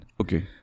Okay